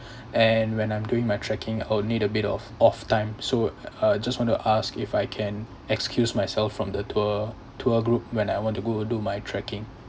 and when I'm doing my trekking I'll need a bit of off time so uh just want to ask if I can excuse myself from the tour tour group when I want to go do my trekking